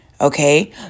Okay